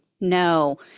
no